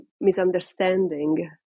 misunderstanding